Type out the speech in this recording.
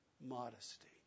modesty